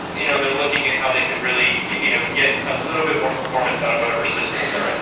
you know and they're looking at how they can really you know get a little bit more performance out of whatever systems they're in.